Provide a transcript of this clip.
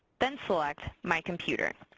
then select, my computer.